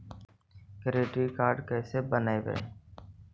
Credit card कैसे बनवाई?